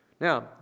Now